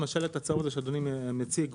אם השלט הצהוב הזה שאדוני מציג,